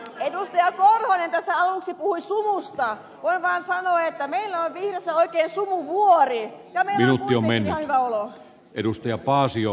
voin vaan sanoa että meillä on vihreissä oikein sumuvuori ja meillä on kuitenkin ihan hyvä olo